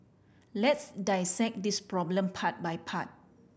let's dissect this problem part by part